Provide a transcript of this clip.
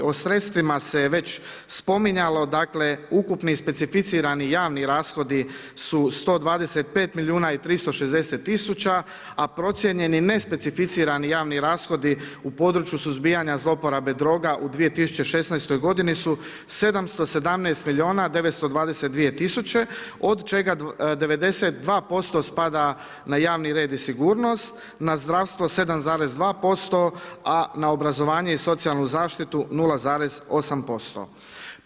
O sredstvima se već spominjalo, dakle ukupni specificirani javni rashodi su 125 milijuna i 360 tisuća, a procijenjeni ne specificirani javni rashodi u području suzbijanja zloporabe droga u 2016. godini su 717 milijuna 922 tisuće od čega 92% spada na javni red i sigurnost, na zdravstvo 7,2%, a na obrazovanje i socijalnu zaštitu 0,8%